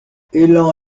élan